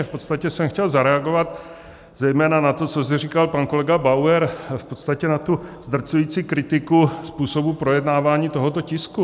V podstatě jsem chtěl zareagovat zejména na to, co zde říkal pan kolega Bauer, na tu zdrcující kritiku způsobu projednávání tohoto tisku.